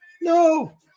no